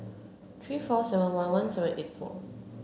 three four seven one one seven eight four